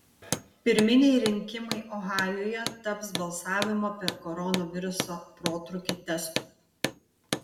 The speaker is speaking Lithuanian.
pirminiai rinkimai ohajuje taps balsavimo per koronaviruso protrūkį testu